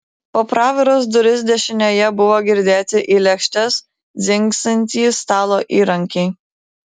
pro praviras duris dešinėje buvo girdėti į lėkštes dzingsintys stalo įrankiai